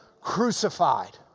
crucified